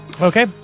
Okay